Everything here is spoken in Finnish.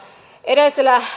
edellisellä